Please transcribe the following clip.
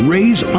Raise